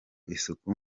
isuku